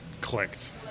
clicked